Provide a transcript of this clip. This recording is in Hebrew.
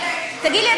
תגיד לי,